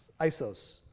Isos